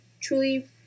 truly